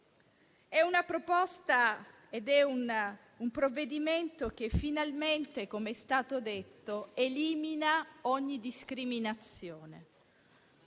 Si tratta di un provvedimento che finalmente - com'è stato detto - elimina ogni discriminazione,